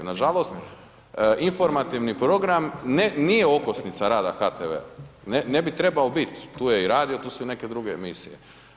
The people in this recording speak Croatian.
Nažalost, informativni program ne, nije okosnica rada HTV-a, ne bi trebao bit, tu je i radio, tu su i neke druge emisije.